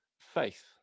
faith